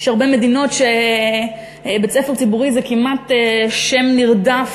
יש הרבה מדינות שבהן בית-ספר ציבורי זה כמעט שם נרדף